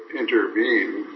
intervene